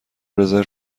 رزرو